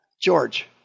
George